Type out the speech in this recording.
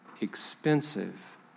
expensive